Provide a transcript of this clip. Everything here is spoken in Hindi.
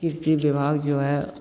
कृषि विभाग जो है